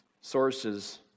Sources